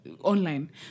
online